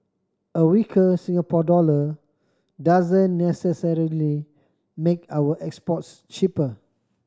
a weaker Singapore dollar doesn't necessarily make our exports cheaper